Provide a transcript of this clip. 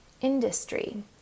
industry